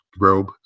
robe